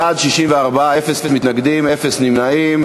בעד, 64, אפס מתנגדים, אפס נמנעים.